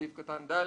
בסעיף קטן (ד),